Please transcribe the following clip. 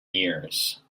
years